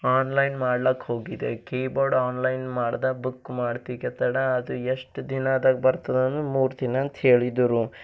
online ಮಾಡ್ಲಿಕ್ ಹೋಗಿದ್ದೆ keyboard online ಮಾಡ್ದೆ ಬುಕ್ ಮಾಡ್ತಿಕೆ ತಡ ಅದು ಎಷ್ಟು ದಿನದಾಗೆ ಬರ್ತದನ್ನ ಮೂರು ದಿನ ಅಂತ ಹೇಳಿದರು